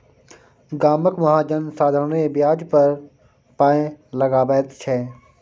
गामक महाजन साधारणे ब्याज पर पाय लगाबैत छै